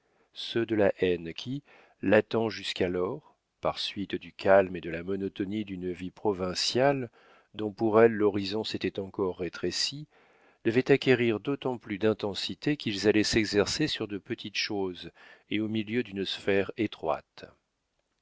ceux de la haine qui latents jusqu'alors par suite du calme et de la monotonie d'une vie provinciale dont pour elle l'horizon s'était encore rétréci devaient acquérir d'autant plus d'intensité qu'ils allaient s'exercer sur de petites choses et au milieu d'une sphère étroite